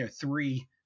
three